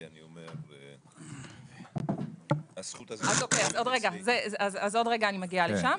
אני אומר שהזכות הזאת --- עוד רגע אני מגיעה לשם.